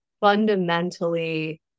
fundamentally